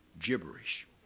Gibberish